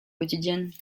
quotidiennes